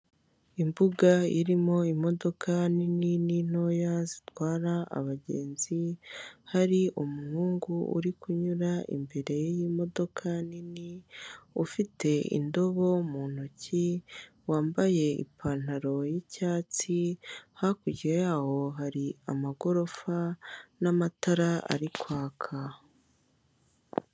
Imbuga irimo imodoka nini n'intoya zitwara abagenzi hari umuhungu uri kunyura imbere y'imodoka nini ufite indobo mu ntoki wambaye ipantaro y'icyatsi hakurya yaho hari amagorofa n'amatara ari kwaka.